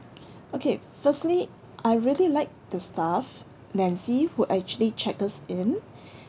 okay firstly I really liked the staff nancy who actually checked us in